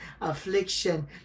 affliction